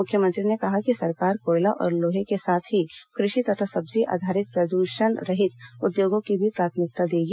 मुख्यमंत्री ने कहा कि सरकार कोयला और लोहे के साथ ही कृषि तथा सब्जी आधारित प्रदूषण रहित उद्योगों को भी प्राथमिकता देगी